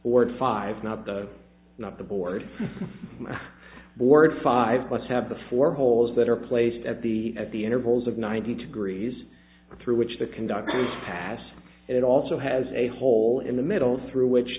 ord five not the not the board board five plus have the four holes that are placed at the at the intervals of ninety degrees through which the conductor pass it also has a hole in the middle through which